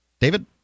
David